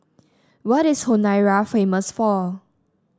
what is Honiara famous for